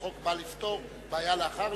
החוק בא לפתור בעיה לאחר מכן.